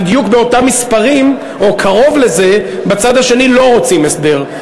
היא שבדיוק באותם מספרים או קרוב לזה בצד השני לא רוצים הסדר.